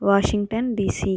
Washington DC